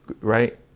right